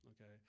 Okay